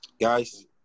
guys